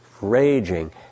raging